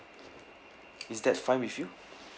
is that fine with you